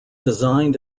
designed